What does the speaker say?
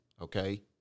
Okay